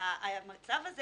המצב הזה